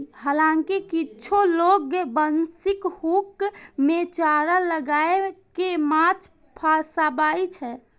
हालांकि किछु लोग बंशीक हुक मे चारा लगाय कें माछ फंसाबै छै